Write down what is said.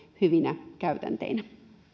hyvinä käytänteinä